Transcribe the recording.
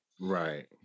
Right